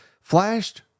flashed